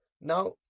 Now